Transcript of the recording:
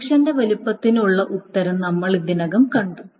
പ്രൊജക്ഷന്റെ വലുപ്പത്തിനുള്ള ഉത്തരം നമ്മൾ ഇതിനകം കണ്ടു